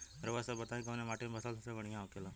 रउआ सभ बताई कवने माटी में फसले सबसे बढ़ियां होखेला?